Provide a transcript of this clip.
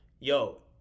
yo